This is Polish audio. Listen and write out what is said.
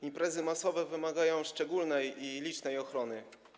Imprezy masowe wymagają szczególnej i licznej ochrony.